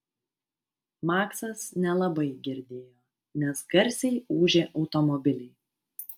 maksas nelabai girdėjo nes garsiai ūžė automobiliai